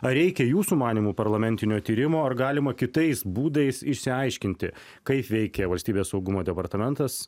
ar reikia jūsų manymu parlamentinio tyrimo ar galima kitais būdais išsiaiškinti kaip veikė valstybės saugumo departamentas